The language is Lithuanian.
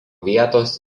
vietos